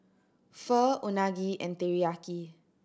Pho Unagi and Teriyaki